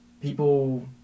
people